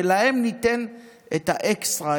ולהם ניתן את האקסטרה,